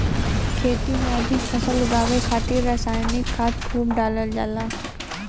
खेती में अधिक फसल उगावे खातिर रसायनिक खाद खूब डालल जाला